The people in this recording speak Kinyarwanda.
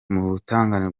butangire